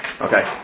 Okay